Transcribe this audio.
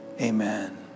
Amen